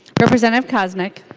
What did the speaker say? representative koznick